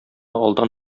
алдан